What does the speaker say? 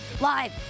live